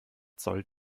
zoll